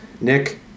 Nick